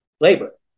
labor